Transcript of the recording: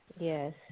Yes